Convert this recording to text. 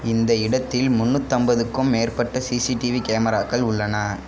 இந்த இடத்தில் முன்னூற்றைம்பதுக்கும் மேற்பட்ட சிசிடிவி கேமராக்கள் உள்ளன